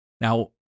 Now